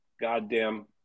goddamn